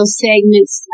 segments